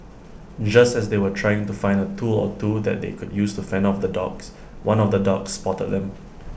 just as they were trying to find A tool or two that they could use to fend off the dogs one of the dogs spotted them